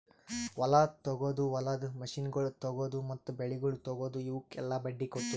ಹೊಲ ತೊಗೊದು, ಹೊಲದ ಮಷೀನಗೊಳ್ ತೊಗೊದು, ಮತ್ತ ಬೆಳಿಗೊಳ್ ತೊಗೊದು, ಇವುಕ್ ಎಲ್ಲಾ ಬಡ್ಡಿ ಕೊಡ್ತುದ್